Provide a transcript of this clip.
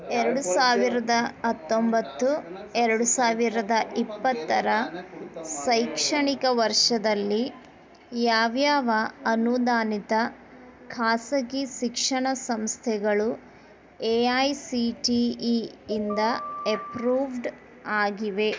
ಎರಡು ಸಾವಿರದ ಹತ್ತೊಂಬತ್ತು ಎರಡು ಸಾವಿರದ ಇಪ್ಪತ್ತರ ಶೈಕ್ಷಣಿಕ ವರ್ಷದಲ್ಲಿ ಯಾವ ಯಾವ ಅನುದಾನಿತ ಖಾಸಗಿ ಶಿಕ್ಷಣ ಸಂಸ್ಥೆಗಳು A I C T E ಇಂದ ಎಪ್ರೂವ್ಡ್ ಆಗಿವೆ